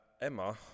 Emma